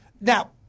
Now—